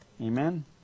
Amen